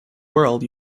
world